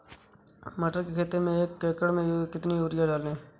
मटर की खेती में एक एकड़ में कितनी यूरिया डालें?